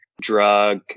drug